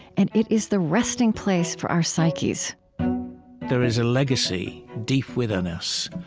and it is the resting place for our psyches there is a legacy deep within us,